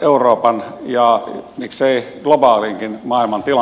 euroopan ja miksei globaalinkin maailman tilanteesta